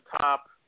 top